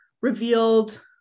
revealed